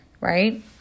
right